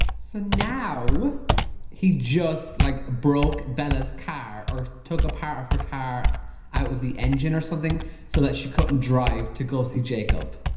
so now he just like broke bella's car or took a part of her car out of the engine or something so that she couldn't drive to go see jacob